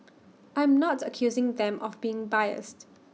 I'm not accusing them of being biased